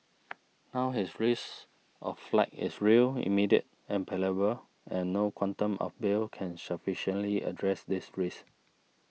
now his risk of flight is real immediate and palpable and no quantum of bail can sufficiently address this risk